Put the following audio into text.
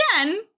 again